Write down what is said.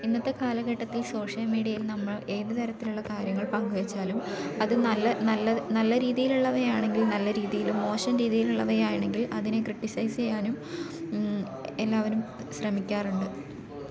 ഇന്നത്തെ കാലഘട്ടത്തിൽ സോഷ്യൽ മീഡിയയിൽ നമ്മൾ ഏത് തരത്തിലുള്ള കാര്യങ്ങൾ പങ്ക് വെച്ചാലും അത് നല്ല നല്ല നല്ല രീതിയിലുള്ളവയാണെങ്കിൽ നല്ല രീതിയിലും മോശം രീതിയിലുള്ളവയാണെങ്കിൽ അതിനെ ക്രിട്ടിസൈസ് ചെയ്യാനും എല്ലാവരും ശ്രമിക്കാറുണ്ട്